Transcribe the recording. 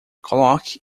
coloque